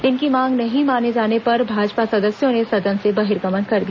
इनकी मांग नहीं माने जाने पर भाजपा सदस्यों ने सदन से बहिर्गमन कर दिया